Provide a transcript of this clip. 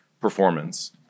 performance